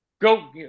Go